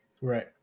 Right